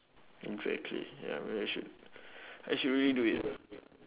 exactly ya I I should I should really do it